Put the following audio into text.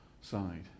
side